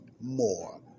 more